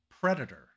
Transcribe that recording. Predator